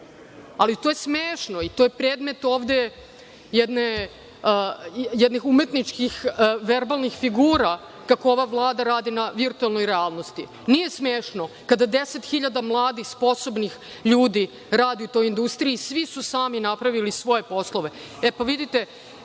ali to je smešno i to je predmet ovde jednih umetničkih verbalnih figura, kako ova Vlada radi na virtuelnoj realnosti. Nije smešno kada deset hiljada mladih sposobnih ljudi radi u toj industriji, svi su sami napravili svoje poslove.